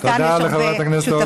אז כאן יש הרבה שותפים.